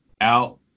out